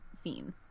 scenes